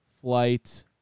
flight